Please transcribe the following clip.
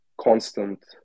constant